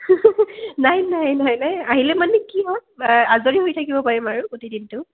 নাই নাই নাই নাই আহিলে মানে কি হয় আজৰি হৈ থাকিব পাৰিম আৰু গোটেই দিনটো